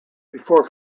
before